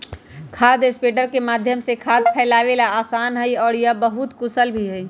खाद स्प्रेडर के माध्यम से खाद फैलावे ला आसान हई और यह बहुत कुशल भी हई